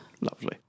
Lovely